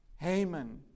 Haman